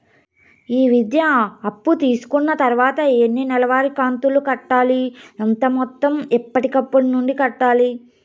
ఈ విద్యా అప్పు తీసుకున్న తర్వాత ఎన్ని నెలవారి కంతులు కట్టాలి? ఎంత మొత్తం ఎప్పటికప్పుడు నుండి కట్టాలి?